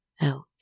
Out